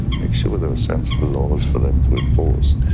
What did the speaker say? make sure there were sensible laws for them to enforce.